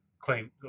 claim